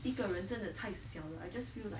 一个人真的太小了 I just feel like